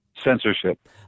censorship